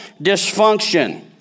dysfunction